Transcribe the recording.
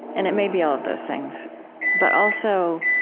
and it may be all of those things but also,